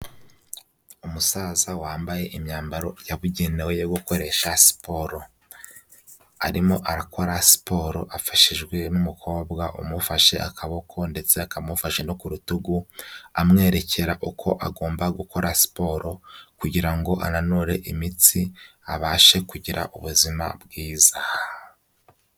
Umusaza wambaye imyambaro yabugenewe yo gukoresha siporo. Arimo arakora siporo afashijwe n'umukobwa umufashe akaboko ndetse akamufashe no ku rutugu, amwerekera uko agomba gukora siporo kugira ngo ananure imitsi. Abashe kugira ubuzima bwiza.